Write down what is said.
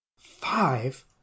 five